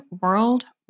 worldwide